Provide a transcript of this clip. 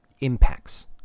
impacts